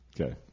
Okay